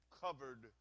covered